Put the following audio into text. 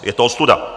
Je to ostuda.